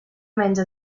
menja